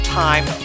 time